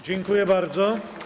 Dziękuję bardzo.